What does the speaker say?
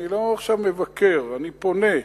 אני עכשיו לא מבקר, אני פונה.